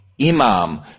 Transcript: Imam